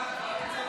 ההצעה